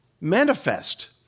manifest